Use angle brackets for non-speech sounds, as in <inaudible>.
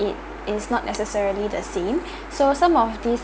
it is not necessarily the same <breath> so some of these